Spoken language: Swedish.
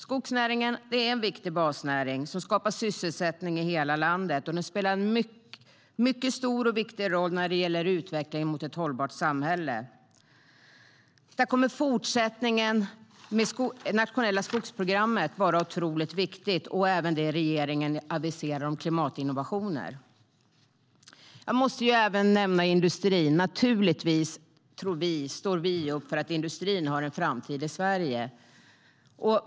Skogsnäringen är en viktig basnäring som skapar sysselsättning i hela landet och spelar en mycket stor och viktig roll när det gäller utvecklingen mot ett hållbart samhälle. Där kommer fortsättningen med det nationella skogsprogrammet att vara otroligt viktigt, liksom det regeringen aviserar om klimatinnovationer. Jag måste även nämna industrin. Naturligtvis står vi upp för att industrin har en framtid i Sverige.